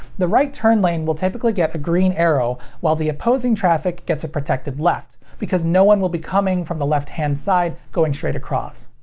the right turn lane will typically get a green arrow while the opposing traffic gets a protected left, because no one will be coming from the left hand side going straight across.